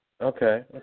Okay